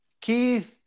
Keith